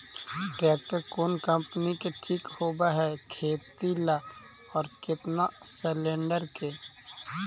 Tractor कोन company के ठीक होब है खेती ल औ केतना सलेणडर के?